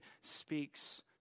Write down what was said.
speaks